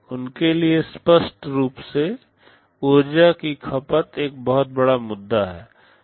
उनके लिए स्पष्ट रूप से ऊर्जा की खपत एक बड़ा मुद्दा है